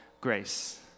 grace